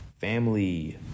family